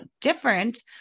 different